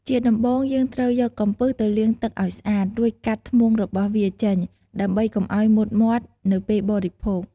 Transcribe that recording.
ជាដំំបូង យើងត្រូវយកកំពឹសទៅលាងទឹកឱ្យស្អាត រួចកាត់ធ្មុងរបស់វាចេញ ដើម្បីកុំឱ្យមុតមាត់នៅពេលបរិភោគ។